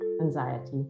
anxiety